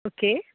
okay